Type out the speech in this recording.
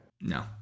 No